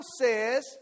says